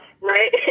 right